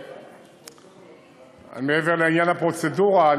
מעבר לעניין הפרוצדורה,